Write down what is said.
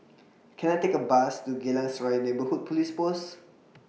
Can I Take A Bus to Geylang Serai Neighbourhood Police Post